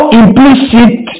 implicit